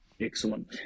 Excellent